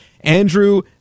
Andrew